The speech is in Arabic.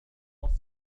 سأتصل